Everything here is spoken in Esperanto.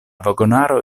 vagonaro